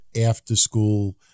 after-school